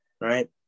right